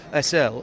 SL